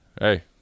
hey